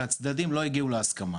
הצדדים לא הגיעו להסכמה,